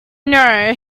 know